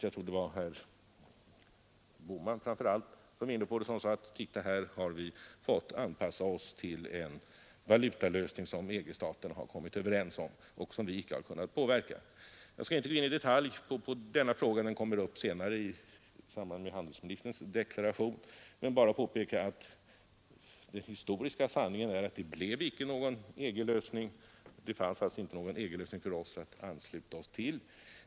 Jag tror det var herr Bohman — som framför allt var inne på frågan — som sade, att nu har vi fått anpassa oss till en valutalösning som EG-staterna har kommit överens om och som vi icke har kunnat påverka. Jag skall inte gå in i detalj på denna fråga. Den kommer upp senare i samband med handelsministerns deklaration. Jag vill bara påpeka att den historiska sanningen är att det inte blev någon EG-lösning. Det fanns icke någon EG-lösning för oss att ansluta oss till.